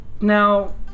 now